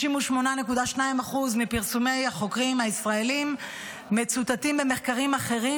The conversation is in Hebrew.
68.2% מפרסומי החוקרים הישראלים מצוטטים במחקרים אחרים,